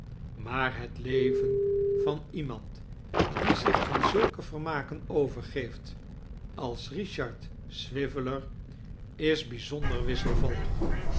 maar het leven van iemand die zich aan zulke vermaken overgeeft als richard swiveller is bijzonder wisselvallig